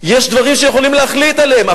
יש דברים שיכולים להחליט עליהם.